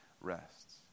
rests